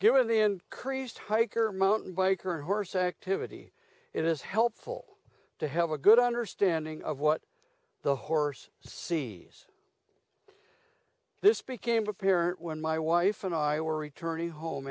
given the increased hiker mountain bike or horse activity it is helpful to have a good understanding of what the horse sees this became apparent when my wife and i were returning home